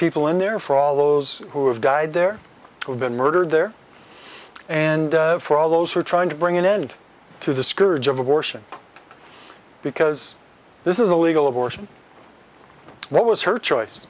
people in there for all those who have died there who've been murdered there and for all those who are trying to bring an end to the scourge of abortion because this is a legal abortion what was her choice